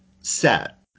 set